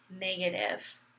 negative